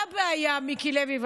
מה הבעיה, מיקי לוי?